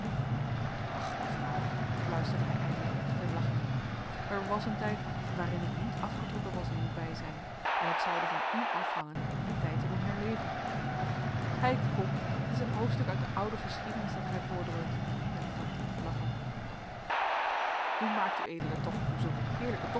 ach mevrouw fluisterde hij eindelijk glimlachende er was een tijd waarin ik niet afgetrokken was in uw bijzijn en het zoude van u afhangen dien tijd te doen herleven ei kom het is een hoofdstuk uit de oude geschiedenis dat gij voordreunt zeide tante lachende hoe maakt ued het toch om zulke heerlijke